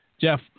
Jeff